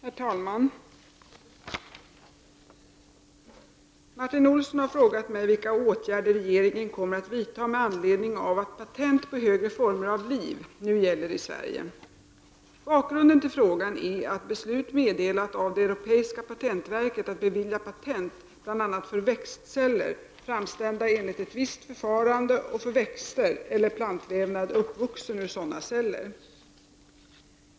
Herr talman! Martin Olsson har frågat mig vilka åtgärder regeringen kommer att vidta med anledning av att patent på högre former av liv nu gäller i Sverige. Bakgrunden till frågan är ett beslut meddelat av det europeiska patentverket att bevilja patent bl.a. för växtceller framställda enligt ett visst förfarande och för växt eller plantvävnad uppvuxen ur sådana celler.